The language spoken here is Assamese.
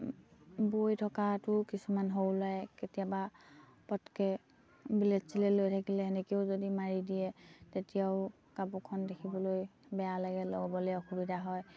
বৈ থকাটো কিছুমান সৰু ল'ৰাই কেতিয়াবা পটকে ব্লেট চিলেট লৈ থাকিলে সেনেকেও যদি মাৰি দিয়ে তেতিয়াও কাপোৰখন দেখিবলৈ বেয়া লাগে ল'বলে অসুবিধা হয়